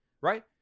Right